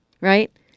right